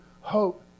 hope